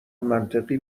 منطقی